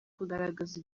kugaragaza